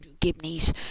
Gibney's